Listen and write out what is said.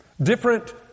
Different